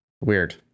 Weird